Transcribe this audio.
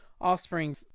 offspring